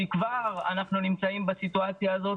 כי כבר אנחנו נמצאים בסיטואציה הזאת.